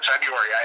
February